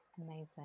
Amazing